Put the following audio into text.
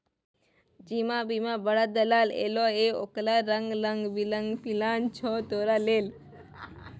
जीवन बीमा बला दलाल एलौ ये ओकरा लंग रंग बिरंग पिलान छौ तोरा लेल